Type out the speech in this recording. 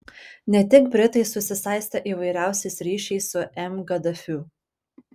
ne tik britai susisaistė įvairiausiais ryšiais su m gaddafiu